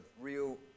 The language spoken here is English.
real